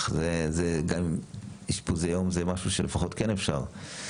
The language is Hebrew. וגם אשפוזי יום זה משהו שלפחות כן אפשר.